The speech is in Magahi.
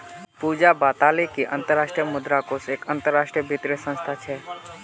पूजा बताले कि अंतर्राष्ट्रीय मुद्रा कोष एक अंतरराष्ट्रीय वित्तीय संस्थान छे